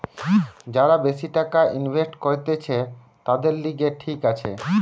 যারা বেশি টাকা ইনভেস্ট করতিছে, তাদের লিগে ঠিক আছে